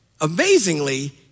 Amazingly